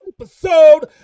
episode